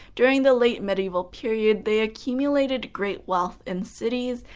during the late medieval period, they accumulated great wealth in cities,